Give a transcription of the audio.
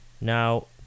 Now